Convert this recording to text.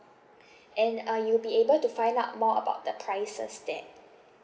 and uh you'll be able to find out more about the prices there